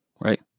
right